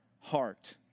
heart